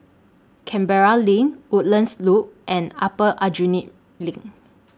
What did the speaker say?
Canberra LINK Woodlands Loop and Upper Aljunied LINK